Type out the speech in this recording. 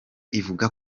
ivuga